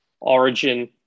Origin